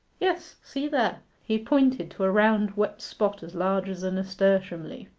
yes see there he pointed to a round wet spot as large as a nasturtium leaf,